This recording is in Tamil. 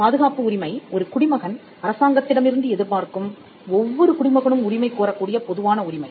பாதுகாப்பு உரிமை ஒரு குடிமகன் அரசாங்கத்திடமிருந்து எதிர்பார்க்கும் ஒவ்வொரு குடிமகனும் உரிமை கோரக் கூடிய பொதுவான உரிமை